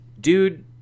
dude